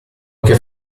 anche